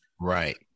Right